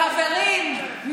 חברים,